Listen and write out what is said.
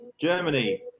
Germany